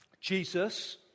Jesus